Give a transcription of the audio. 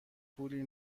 پولی